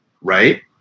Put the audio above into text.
Right